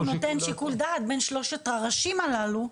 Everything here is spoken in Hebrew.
הוא נותן שיקול דעת בין שלושת הראשים הללו,